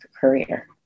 career